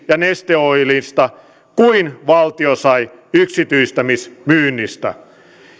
ja neste oilista kuin valtio sai yksityistämismyynnistä